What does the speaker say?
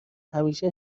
همیشه